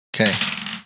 Okay